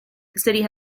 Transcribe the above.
city